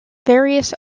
various